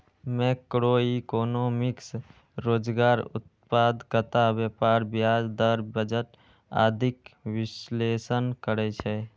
macroeconomics रोजगार, उत्पादकता, व्यापार, ब्याज दर, बजट आदिक विश्लेषण करै छै